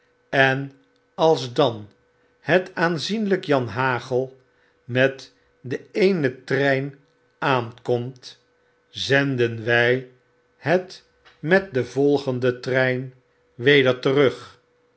en als dan het aanzienlp janhagel met den eenen trein aankomt zenden wy het met den volgenden trein weder terug